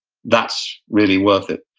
that's really worth it.